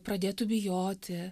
pradėtų bijoti